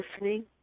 listening